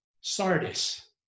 Sardis